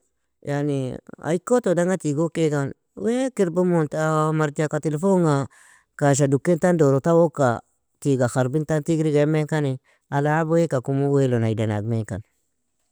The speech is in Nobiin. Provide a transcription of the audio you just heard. Yani ay koto danga tigokegan weak irbimun, taa marjaka tilifonga kasha dukean tan, doro tawoka tiga kharbintan tigiriga imenkani, alabweaka kumu wealon aidan agmenkan.